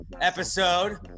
episode